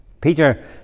peter